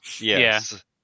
Yes